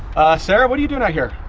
sarah what are you doing out here?